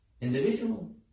individual